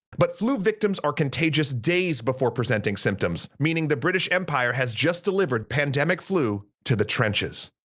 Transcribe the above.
but flu victims are contagious days before presenting symptoms, meaning the british empire has just delivered pandemic flu to the trenches.